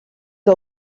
que